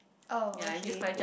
oh okay